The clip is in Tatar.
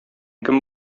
кем